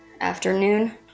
afternoon